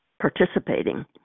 participating